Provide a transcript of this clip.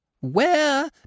Where